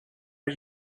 are